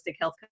health